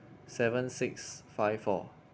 seven six five four